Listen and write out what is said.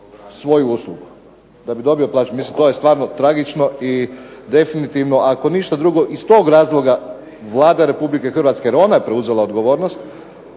svoju uslugu. Mislim, to je stvarno tragično i definitivno ako ništa drugo iz tog razloga Vlada Republike Hrvatske jer je ona preuzela odgovornost